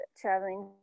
traveling